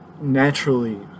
naturally